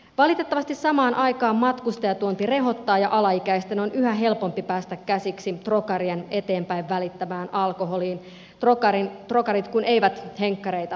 valitettavasti samaan aikaan matkustajatuonti rehottaa ja alaikäisten on yhä helpompi päästä käsiksi trokarien eteenpäin välittämään alkoholiin trokarit kun eivät henkkareita kysele